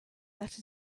that